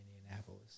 Indianapolis